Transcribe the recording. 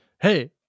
Hey